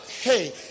Hey